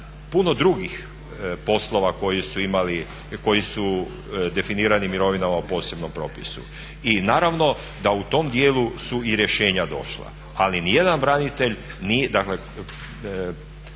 puno drugih poslova koji su definirani mirovinama u posebnom propisu i naravno da u tom dijelu su i rješenja došla, ali nijedan branitelj,